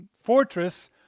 fortress